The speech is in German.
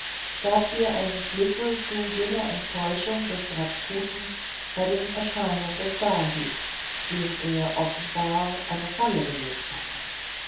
gab ihr einen schlüssel zu jener enttäuschung des rajputen bei dem erscheinen des sahib dem er offenbar eine falle gelegt hatte